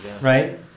right